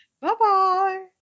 bye-bye